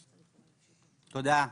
תודה.